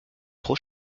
trop